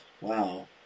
Wow